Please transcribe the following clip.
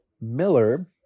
Miller